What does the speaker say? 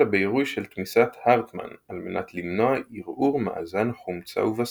אלא בעירוי של תמיסת הרטמן על מנת למנוע ערעור מאזן חומצה ובסיס.